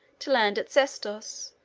to land at sestos,